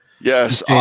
Yes